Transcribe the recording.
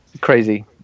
Crazy